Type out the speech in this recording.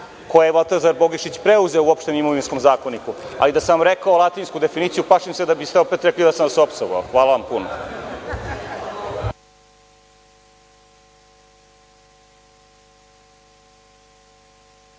koje je Valtazar Bogišić preuzeo u Opštem imovinskom zakoniku, ali da sam vam rekao latinsku definiciju, plašim se da bi ste opet rekli da sam vas opsovao. Hvala vam puno.